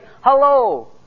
Hello